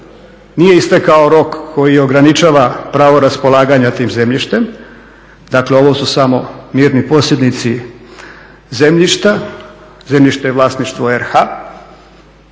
nije istekao rok koji ograničava pravo raspolaganja tim zemljištem, dakle ovo su samo … zemljišta zemljište je vlasništvo RH,